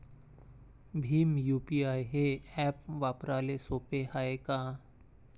Bhim UPI हे app वापराले सोपे हाय का?